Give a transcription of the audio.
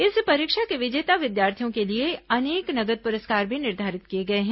इस परीक्षा के विजेता विद्यार्थियों के लिए अनेक नगद पुरस्कार भी निर्धारित किए गए हैं